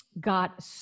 got